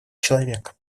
человека